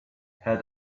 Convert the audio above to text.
had